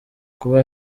kuba